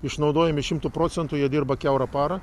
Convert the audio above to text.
išnaudojami šimtu procentų jie dirba kiaurą parą